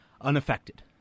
unaffected